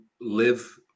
live